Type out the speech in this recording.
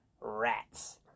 rats